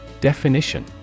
Definition